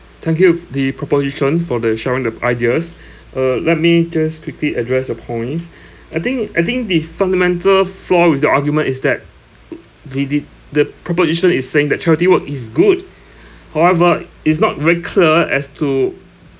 thank you the proposition for the sharing the ideas uh let me just quickly address your points I think I think the fundamental flaw with your argument is that did did the proposition is saying that charity work is good however it's not very clear as to